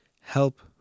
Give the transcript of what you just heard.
help